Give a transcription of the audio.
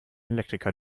elektriker